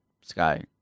sky